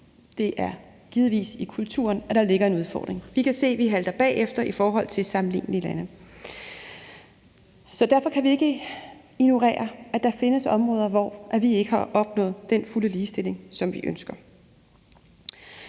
Det er givetvis i kulturen, der ligger en udfordring. Vi kan se, at vi halter bagefter i forhold til sammenlignelige lande, så derfor kan vi ikke ignorere, at der findes områder, hvor vi ikke har opnået den fulde ligestilling, som vi ønsker.